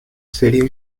sería